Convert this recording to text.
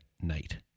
night